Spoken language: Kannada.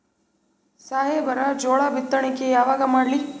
ಸಾಹೇಬರ ಜೋಳ ಬಿತ್ತಣಿಕಿ ಯಾವಾಗ ಮಾಡ್ಲಿ?